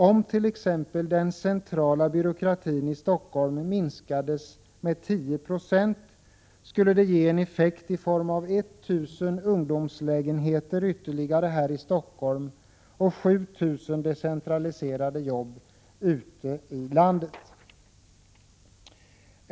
Om t.ex. den centrala byråkratin i Stockholm minskades med 10 96, skulle det ge en effekt i form av ytterligare 1 000 ungdomslägenheter i Stockholm och 7 000 decentraliserade jobb ute i landet.